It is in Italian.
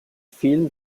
film